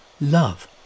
love